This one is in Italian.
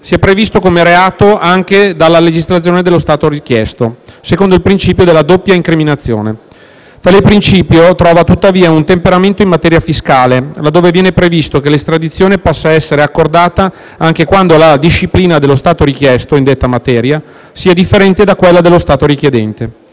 sia previsto come reato anche dalla legislazione dello Stato richiesto, secondo il principio della «doppia incriminazione». Tale principio trova tuttavia un temperamento in materia fiscale, laddove viene previsto che l'estradizione possa essere accordata anche quando la disciplina dello Stato richiesto, in detta materia, sia differente da quella dello Stato richiedente.